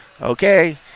okay